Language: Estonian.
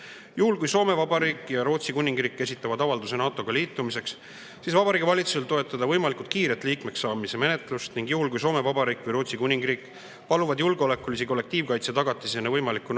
Juhul kui Soome Vabariik ja Rootsi Kuningriik esitavad avalduse NATO‑ga liitumiseks, siis tuleks Vabariigi Valitsusel toetada võimalikult kiiret liikmeks saamise menetlust. Juhul kui Soome Vabariik ja Rootsi Kuningriik paluvad julgeolekulise kollektiivkaitse tagatisena võimalikku